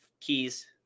keys